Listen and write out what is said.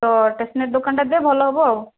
ତ ଷ୍ଟେସନାରୀ ଦୋକାନଟା ଦେ ଭଲ ହେବ ଆଉ